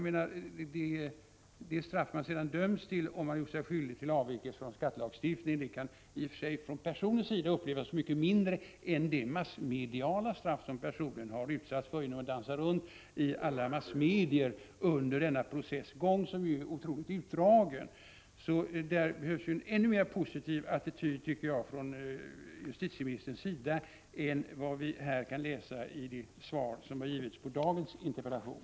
Det straff som man sedan döms till, om man gjort sig skyldig till avvikelse från skattelagstiftningen, kan från personens sida upplevas mycket mindre än det massmediala straff som personen utsatts för genom att få dansa runt i alla massmedier under hela processen, som är otroligt utdragen. Jag tycker alltså att det behövs en ännu mer positiv attityd från statsrådets sida än vad man kan utläsa i det svar som har givits på dagens interpellation.